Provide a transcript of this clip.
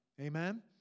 Amen